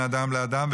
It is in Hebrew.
בין אדם לאדם,